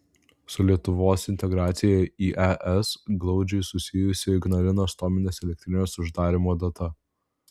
su lietuvos integracija į es glaudžiai susijusi ignalinos atominės elektrinės uždarymo data